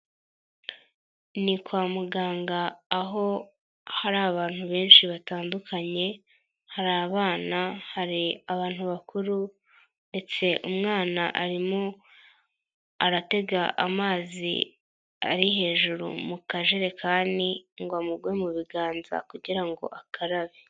Ni kwa muganga aho hari abantu benshi batandukanye, hari abana, hari abantu bakuru ndetse umwana arimo aratega amazi ari hejuru mu kajerekani ngo amugwe mu biganza kugira ngo akarabe.